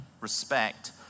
Respect